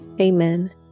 Amen